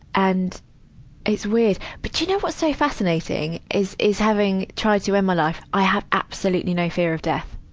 and it's weird. but you know what's so fascinating? is, is having tried to end my life i have absolutely no fear of death.